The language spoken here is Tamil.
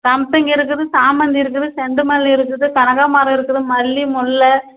சம்பங்கி இருக்குது சாமந்தி இருக்குது செண்டுமல்லி இருக்குது கனகாம்பரம் இருக்குது மல்லிகை முல்லை